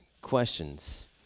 questions